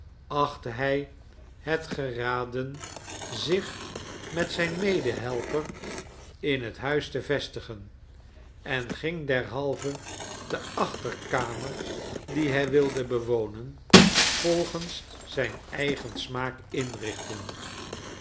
achtte hij het geraden zich met zijn medehelper in het huis te vestigen en ging derhalve de achterkamer die hij wilde bewonen volgens zijn eigen smaak inrichten